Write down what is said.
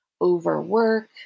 overwork